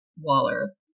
Waller